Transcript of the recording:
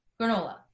granola